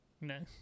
No